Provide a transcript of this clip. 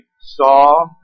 saw